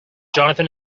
johnathan